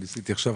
תודה.